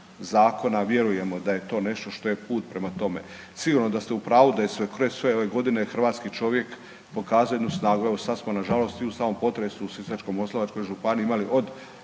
zakona. Vjerujemo da je to nešto što je put prema tome. Sigurno da ste u pravu da je kroz sve ove godine hrvatski čovjek pokazao jednu snagu. Evo sad smo nažalost i u samom potresu u Sisačko-moslavačkoj županiji imali od